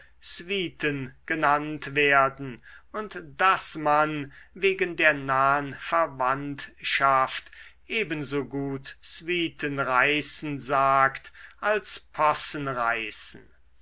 suiten genannt werden und daß man wegen der nahen verwandtschaft ebenso gut suiten reißen sagt als possen reißen